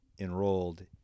enrolled